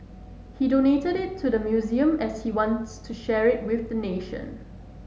he donated it to the museum as he wants to share it with the nation